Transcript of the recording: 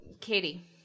Katie